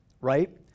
Right